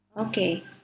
Okay